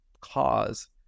cause